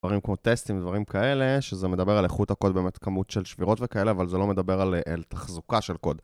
דברים כמו טסטים, דברים כאלה, שזה מדבר על איכות הקוד, באמת כמות של שבירות וכאלה, אבל זה לא מדבר על תחזוקה של קוד